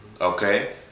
okay